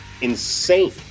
insane